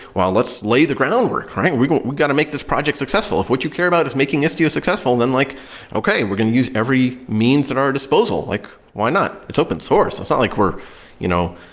well, let's lay the groundwork, right? we got to make this project successful. if what you care about is making istio successful, then like okay, we're going to use every means at our disposal. like why not? it's open source. it's not like we're you know